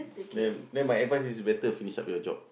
then then my advice is better finish up your job